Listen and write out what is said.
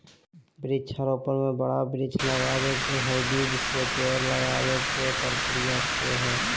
वृक्षा रोपण में बड़ा वृक्ष के लगावे के हई, बीज से पेड़ लगावे के प्रक्रिया से हई